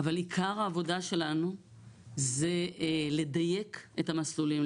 אבל עיקר העבודה שלנו זה לדייק את המסלולים,